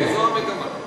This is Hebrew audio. זו המגמה.